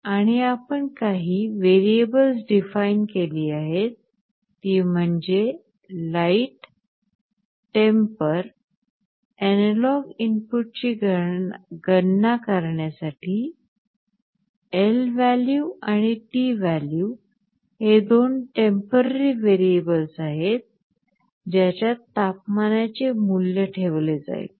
आणि आपण काही व्हेरिएबल्स डीफाइन केली आहेत ती म्हणजे light temper एनालॉग इनपुटची गणना करण्यासाठी lvalue आणि tvalue हे दोन टेम्पोररी व्हेरिएबल्स आहेत ज्याच्यात तापमानाचे मूल्य ठेवले जाईल